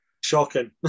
Shocking